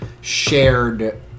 shared